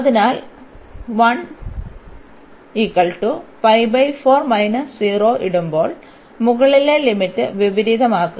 അതിനാൽ ഇടുമ്പോൾ മുകളിലെ ലിമിറ്റ് വിപരീതമാക്കുക